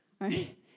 right